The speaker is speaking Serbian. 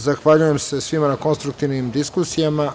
Zahvaljujem se svima na konstruktivnim diskusijama.